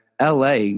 LA